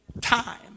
Time